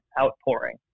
outpouring